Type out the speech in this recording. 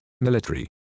military